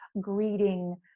greeting